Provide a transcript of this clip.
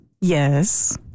Yes